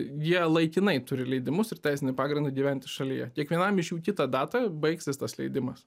jie laikinai turi leidimus ir teisinį pagrindą gyventi šalyje kiekvienam iš jų kitą datą baigsis tas leidimas